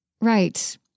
Right